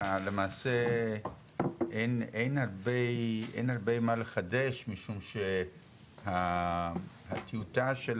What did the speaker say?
למעשה אין הרבה מה לחדש משום שהטיוטה של